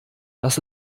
das